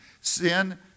Sin